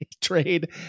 trade